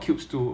ya